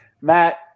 Matt